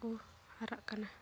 ᱠᱚ ᱦᱟᱨᱟᱜ ᱠᱟᱱᱟ